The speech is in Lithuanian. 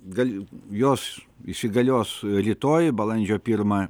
gal jos įsigalios rytoj balandžio pirmą